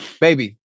Baby